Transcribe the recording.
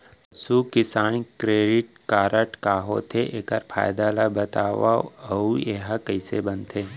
पसु किसान credit card का होथे, एखर फायदा ला बतावव अऊ एहा कइसे बनथे?